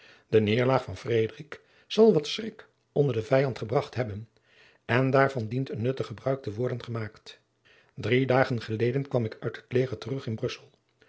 de neêrlaag van frederik zal wat schrik onder den vijand gebracht hebben en daarvan dient een nuttig gebruik te worden gemaakt drie dagen geleden kwam ik uit het leger terug in brussel